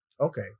Okay